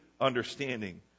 understanding